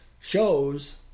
shows